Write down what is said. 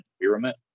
experiment